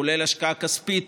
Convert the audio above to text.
כולל השקעה כספית